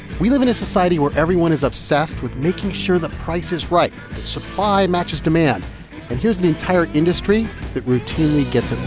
we live in a society where everyone is obsessed with making sure the price is right, that supply matches demand. and here's the entire industry that routinely gets